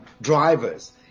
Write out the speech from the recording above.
drivers